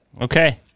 Okay